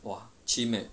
!wah! chim leh